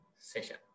session